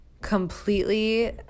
completely